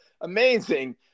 amazing